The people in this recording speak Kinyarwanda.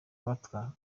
abatwa